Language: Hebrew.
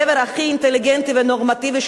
גבר הכי אינטליגנטי ונורמטיבי,